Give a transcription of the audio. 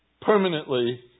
permanently